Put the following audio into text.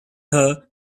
her